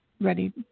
ready